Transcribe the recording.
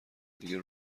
دیگه